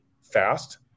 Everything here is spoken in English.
fast